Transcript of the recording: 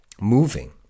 moving